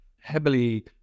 heavily